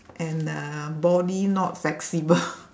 and uh body not flexible